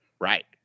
Right